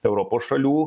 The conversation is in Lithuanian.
europos šalių